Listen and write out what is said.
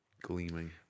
gleaming